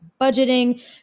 budgeting